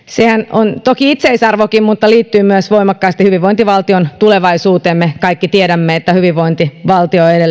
on toki itseisarvokin mutta liittyy voimakkaasti myös hyvinvointivaltion tulevaisuuteen me kaikki tiedämme että hyvinvointivaltio